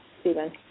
Stephen